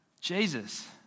Jesus